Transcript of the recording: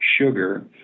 sugar